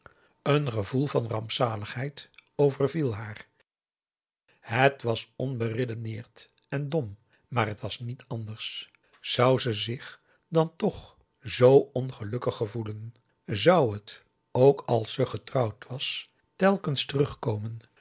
een gevoel van rampzaligheid overviel haar het was onberedeneerd en dom maar t was niet anders zou ze zich dan toch zoo ongelukkig gevoelen zou het ook als ze getrouwd was telkens terugkomen